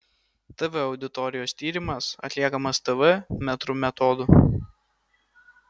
tv auditorijos tyrimas atliekamas tv metrų metodu